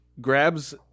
grabs